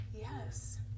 Yes